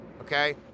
okay